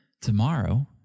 tomorrow